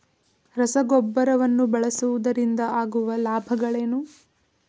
ರಸಗೊಬ್ಬರವನ್ನು ಬಳಸುವುದರಿಂದ ಆಗುವ ಲಾಭಗಳೇನು?